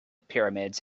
pyramids